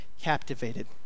captivated